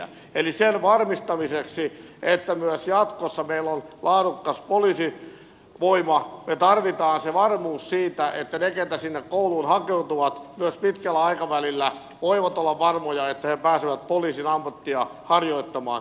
eli sen varmistamiseksi että myös jatkossa meillä on laadukas poliisivoima me tarvitsemme varmuuden siitä että ne jotka sinne kouluun hakeutuvat myös pitkällä aikavälillä voivat olla varmoja että he pääsevät poliisin ammattia harjoittamaan